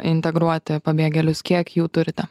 integruoti pabėgėlius kiek jų turite